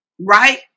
right